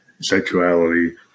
sexuality